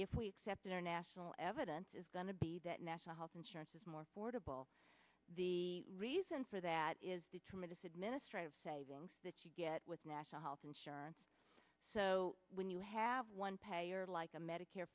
if we accept international evidence is going to be that national health insurance is more affordable the reason for that is the tremendous administrative savings that you get with national health insurance so when you have one payer like a medicare